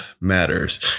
matters